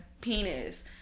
penis